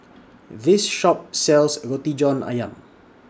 This Shop sells Roti John Ayam